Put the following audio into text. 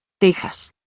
Texas